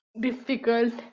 difficult